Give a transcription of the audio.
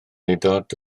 aelod